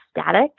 static